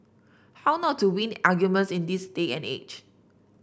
how not to win arguments in this day and age